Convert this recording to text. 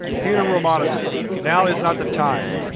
pyotr romanovich, now is not the time,